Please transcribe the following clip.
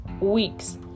weeks